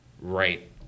right